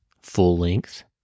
full-length